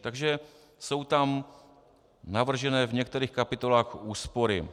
Takže jsou tam navržené v některých kapitolách úspory.